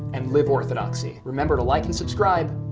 and live orthodoxy. remember to like and subscribe,